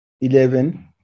eleven